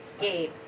Gabe